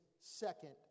second